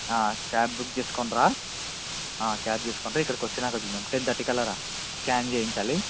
cab book చేసుకుని రా cab చేసుకొని రా ఇక్కడికి వచ్చినాక చూద్దాం టెన్ థర్టీ కల్లా రా స్కాన్ చేయించాలి